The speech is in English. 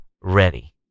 ready